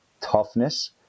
toughness